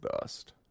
dust